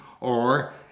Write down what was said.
or